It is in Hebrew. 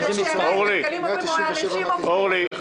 אורלי,